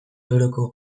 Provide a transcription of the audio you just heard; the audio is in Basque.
euroko